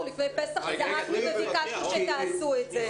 אנחנו לפני פסח זעקנו וביקשנו שתעשו את זה.